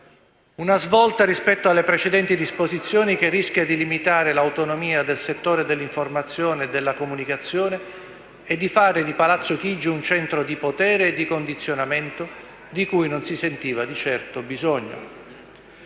una svolta rispetto alle precedenti disposizioni che rischia di limitare l'autonomia del settore dell'informazione e della comunicazione e di fare di Palazzo Chigi un centro di potere e di condizionamento, di cui non si sentiva di certo il bisogno.